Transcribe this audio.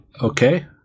okay